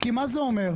כי מה זה אומר?